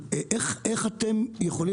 איך אנחנו יכולים